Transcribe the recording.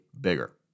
bigger